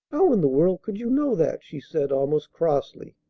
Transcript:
how in the world could you know that? she said almost crossly.